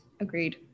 agreed